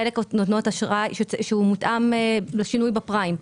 חלק נותנות אשראי שמותאם לשינוי בפריים.